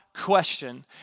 question